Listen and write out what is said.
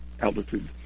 altitude